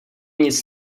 nic